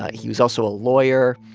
he was also a lawyer.